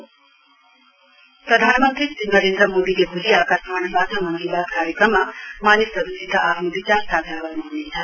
PM Mann Ki Baat प्रधानमन्त्री श्री नरेन्द्र मोदीले भोलि आकाशवाणीवाट मन की बात कार्यक्रममा मानिसहरुसित आफ्नो विचार साझा गर्न्हनेछ